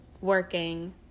working